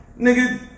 Nigga